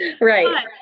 Right